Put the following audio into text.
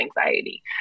anxiety